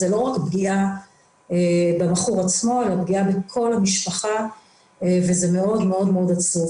זה לא רק פגיעה בבחור עצמו אלא פגיעה בכל המשפחה וזה מאוד-מאוד עצוב.